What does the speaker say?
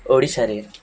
ଓଡ଼ିଶାରେ